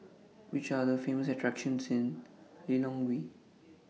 Which Are The Famous attractions in Lilongwe